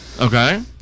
Okay